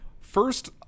First